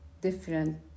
different